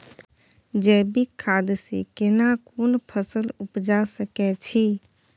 जैविक खाद से केना कोन फसल उपजा सकै छि?